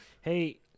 Hey –